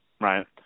right